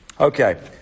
Okay